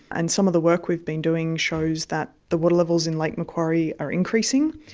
and some of the work we've been doing shows that the water levels in lake macquarie are increasing.